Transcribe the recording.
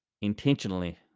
intentionally